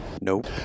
nope